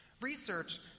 Research